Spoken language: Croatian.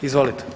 Izvolite.